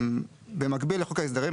במקביל לחוק ההסדרים,